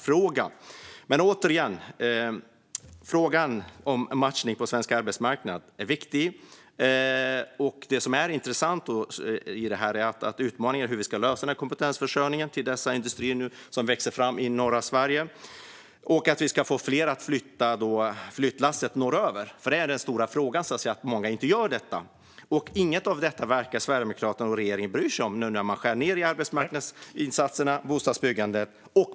Frågan om matchning på svensk arbetsmarknad är viktig. Intressant är hur vi ska lösa kompetensförsörjningen till de industrier som växer fram i norra Sverige och hur vi ska få fler att vilja flytta norröver. Men varken regeringen eller Sverigedemokraterna verkar bry sig om detta eftersom man skär ned på arbetsmarknadsinsatserna och bostadsbyggandet.